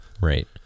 right